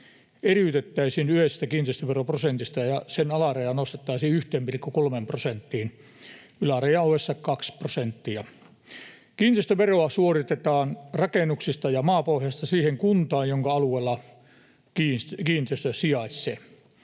eriytettäisiin yleisestä kiinteistöveroprosentista ja sen alarajaa nostettaisiin 1,3 prosenttiin ylärajan ollessa 2 prosenttia. Kiinteistöveroa suoritetaan rakennuksista ja maapohjasta siihen kuntaan, jonka alueella kiinteistö sijaitsee.